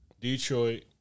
Detroit